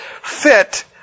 fit